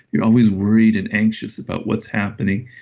you're always worried and anxious about what's happening.